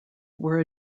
were